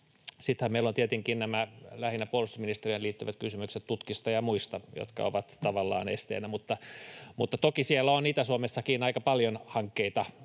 Sittenhän meillä ovat tietenkin nämä lähinnä puolustusministeriöön liittyvät kysymykset tutkista ja muista, jotka ovat tavallaan esteenä, mutta toki siellä Itä-Suomessakin on aika paljon hankkeita